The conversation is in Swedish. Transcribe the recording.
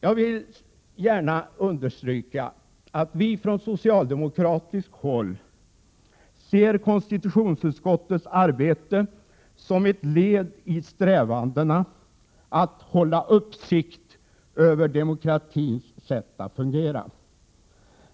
Jag vill gärna understryka att vi från socialdemokratiskt håll ser konstitutionsutskottets arbete som ett led i strävandena att hålla uppsikt över demokratins sätt att fungera.